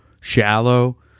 shallow